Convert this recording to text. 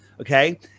Okay